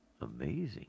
amazing